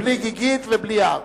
כן, בלי גיגית ובלי הר.